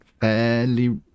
fairly